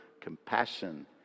compassion